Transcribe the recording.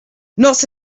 not